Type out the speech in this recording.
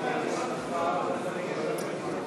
אדוני ראש הממשלה חבר הכנסת בנימין נתניהו,